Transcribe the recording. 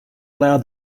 allow